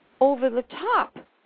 over-the-top